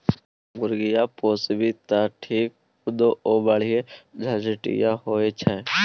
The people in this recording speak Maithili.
मुर्गी पोसभी तँ ठीक मुदा ओ बढ़ झंझटिया होए छै